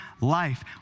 life